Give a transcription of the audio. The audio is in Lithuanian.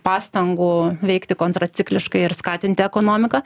pastangų veikti kontracikliškai ir skatinti ekonomiką